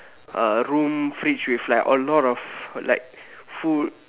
uh room fridge with like a lot of like food